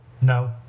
No